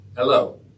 Hello